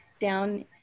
down